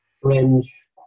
fringe